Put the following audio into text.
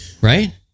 Right